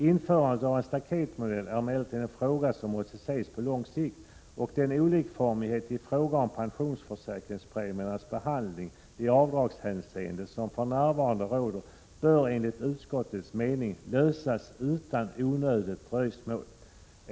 Införandet av en staketmodell är emellertid en fråga som måste ses på lång sikt, och den olikformighet i fråga om pensionsförsäkringspremiers behandling i avdragshänseende som för närvarande råder bör enligt utskottets mening lösas utan onödigt dröjsmål.